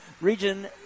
region